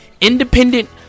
independent